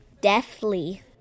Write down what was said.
Deathly